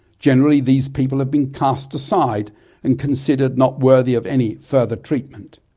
generally these people have been cast aside and considered not worthy of any further treatment.